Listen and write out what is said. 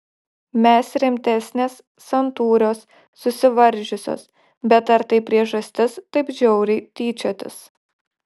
mes rimtesnės santūrios susivaržiusios bet ar tai priežastis taip žiauriai tyčiotis